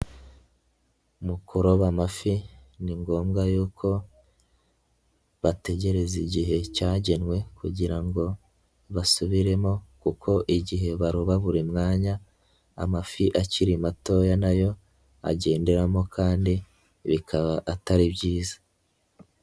Mu kuroba amafi ni ngombwa y'uko bategereza igihe cyagenwe kugira ngo basubiremo, kuko igihe baroba buri mwanya amafi akiri matoya nayo agenderamo kandi bikaba atari byiza.